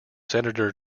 senator